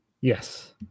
Yes